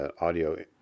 audio